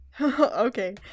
Okay